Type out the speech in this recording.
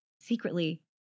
secretly